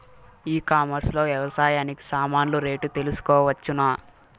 ఈ కామర్స్ లో వ్యవసాయానికి సామాన్లు రేట్లు తెలుసుకోవచ్చునా?